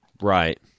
Right